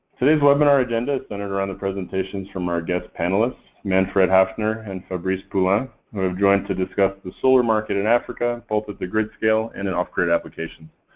today's webinar agenda is centered around the presentations from our guest panelists manfred hafner and fabrice poulin who have joined to discuss the solar market in africa, and both at the grid scale and and off-grid applications.